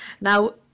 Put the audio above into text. Now